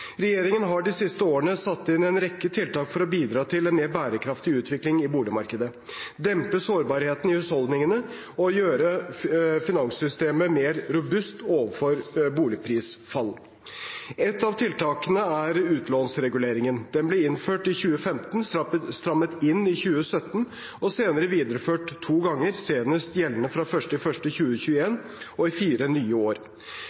Regjeringen har de siste årene satt inn en rekke tiltak for å bidra til en mer bærekraftig utvikling i boligmarkedet, dempe sårbarheten i husholdningene og gjøre finanssystemet mer robust overfor boligprisfall. Et av tiltakene er utlånsreguleringen. Den ble innført i 2015, strammet inn i 2017 og senere videreført to ganger, senest gjeldende fra 1. januar 2021 og i fire nye år.